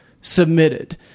submitted